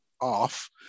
off